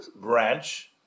branch